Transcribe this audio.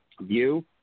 view